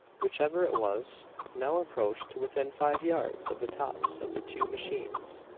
whichever it was now approached to within five yards of the tops of the two machines.